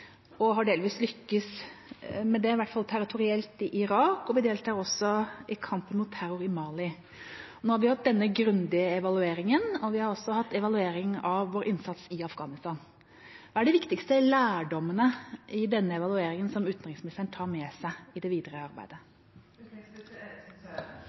og har delvis lyktes med det, i hvert fall territorielt, i Irak. Vi deltar også i kampen mot terror i Mali. Nå har vi hatt denne grundige evalueringen, og vi har også hatt evaluering av vår innsats i Afghanistan. Hva er de viktigste lærdommene fra denne evalueringen som utenriksministeren tar med seg i det videre